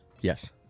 Yes